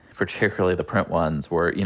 particularly the print ones, were, you know,